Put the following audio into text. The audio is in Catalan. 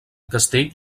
castell